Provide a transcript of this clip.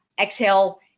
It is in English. exhale